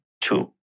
two